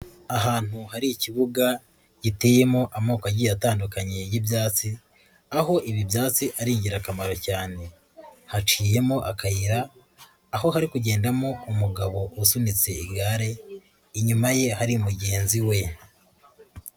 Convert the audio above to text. Ahantu hari ikibuga giteyemo amoko agiye atandukanye y'ibyatsi, aho ibi byatsi ari ingirakamaro cyane. Haciyemo akayira, aho hari kugendamo umugabo usunitse igare, inyuma ye hari mugenzi we.